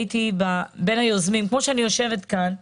כמו שאני יושבת כאן,